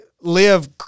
live